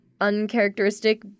uncharacteristic